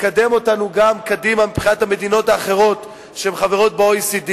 תקדם אותנו קדימה גם מבחינת המדינות האחרות שהן חברות ב-OECD